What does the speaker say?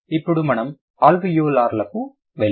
ఇప్పుడు మనము అల్వియోలార్లకు వెళ్తున్నాము